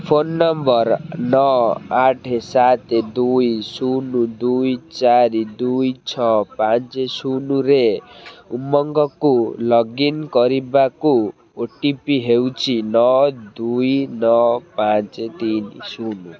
phone number ନଅ ଆଠ ସାତ ଦୁଇ ଶୂନ ଦୁଇ ଚାରି ଦୁଇ ଛଅ ପାଞ୍ଚ ଶୂନରେ ଉମଙ୍ଗକୁ ଲଗ୍ ଇନ୍ କରିବାକୁ ଓ ଟି ପି ହେଉଛି ନଅ ଦୁଇ ନଅ ପାଞ୍ଚ ତିନି ଶୂନ